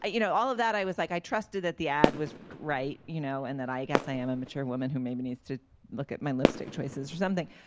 you know all of that i was like i trusted that the ad was right you know and that i guess i am a mature woman who maybe needs to look at my lipstick choices or something.